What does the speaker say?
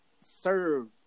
serve